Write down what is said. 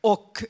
Och